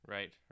Right